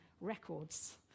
records